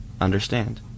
understand